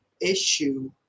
issue